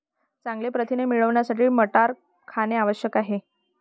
चांगले प्रथिने मिळवण्यासाठी मटार खाणे आवश्यक आहे